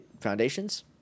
foundations